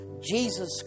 Jesus